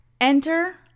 Enter